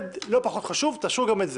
זה לא פחות חשוב, תאשרו גם את זה.